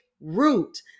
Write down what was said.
root